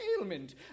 ailment